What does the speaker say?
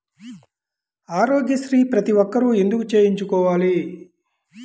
ఆరోగ్యశ్రీ ప్రతి ఒక్కరూ ఎందుకు చేయించుకోవాలి?